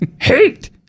Hate